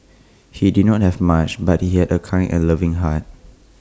he did not have much but he had A kind and loving heart